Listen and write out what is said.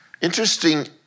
Interesting